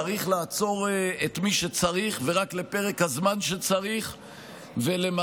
צריך לעצור את מי שצריך ורק לפרק הזמן שצריך ולמטרות